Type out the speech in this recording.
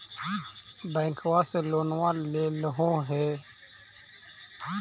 बैंकवा से लोनवा लेलहो हे?